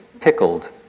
pickled